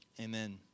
Amen